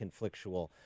conflictual